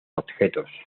objetos